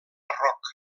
rock